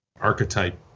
archetype